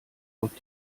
auf